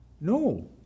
No